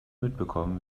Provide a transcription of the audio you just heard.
mitbekommen